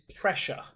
pressure